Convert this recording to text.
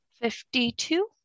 Fifty-two